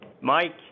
Mike